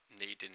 needing